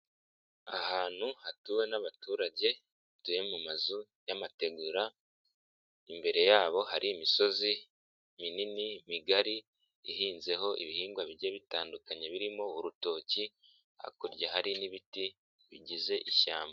Ahantu hatuwe n'abaturage batuye mu mazu y'amategura, imbere yabo hari imisozi minini migari ihinzeho ibihingwa bijye bitandukanye birimo urutoki, hakurya hari n'ibiti bigize ishyamba.